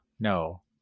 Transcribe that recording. No